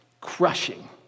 crushing